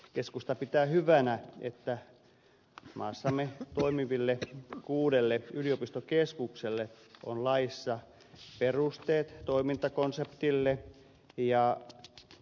keskusta pitää hyvänä että maassamme toimiville kuudelle yliopistokeskukselle on laissa perusteet toimintakonseptille ja st